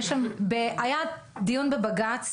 היה דיון בבג"צ,